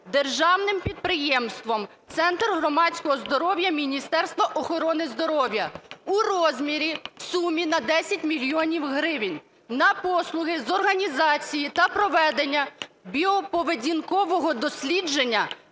Державним підприємством "Центр громадського здоров'я Міністерства охорони здоров'я" в сумі на 10 мільйонів гривень на послуги з організації та проведення біоповедінкового дослідження